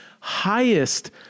highest